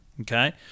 Okay